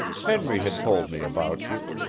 henry had told me about you.